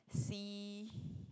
sea